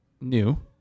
new